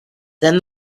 then